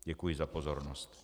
Děkuji za pozornost.